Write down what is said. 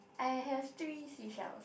I have three seashells